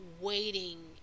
waiting